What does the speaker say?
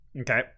okay